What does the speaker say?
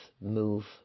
move